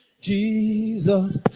jesus